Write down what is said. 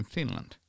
Finland